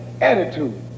attitude